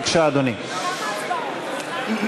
בבקשה, אדוני.